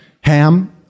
Ham